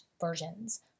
versions